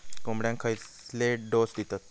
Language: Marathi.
कोंबड्यांक खयले डोस दितत?